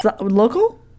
Local